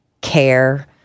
care